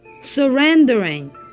Surrendering